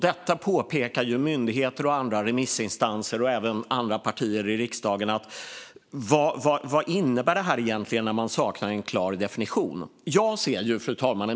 Detta påpekar myndigheter, remissinstanser och andra partier i riksdagen. Vad innebär det när man saknar en klar definition? Fru talman!